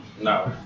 No